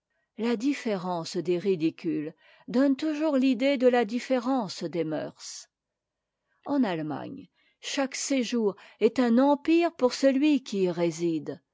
la différence des ridicules donne toujours l'idée de la différence des mceurs en allemagne chaque séjour est un empire pour celui qui y réside